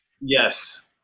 Yes